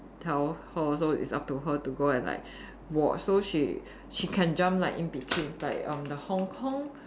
tell her so it's up to her to go and like watch so she she can jump like in between like erm the Hong-Kong